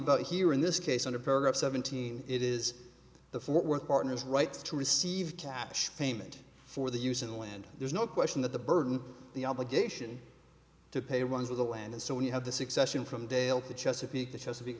about here in this case on a pair of seventeen it is the fort worth partners rights to receive cash payment for the use of the land there's no question that the burden the obligation to pay ones of the land is so when you have the succession from dale to chesapeake the chesapeake